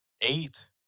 eight